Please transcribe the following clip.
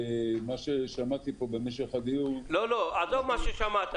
מה ששמעתי פה במשך הדיון --- עזוב מה ששמעת,